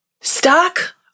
Stock